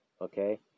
Okay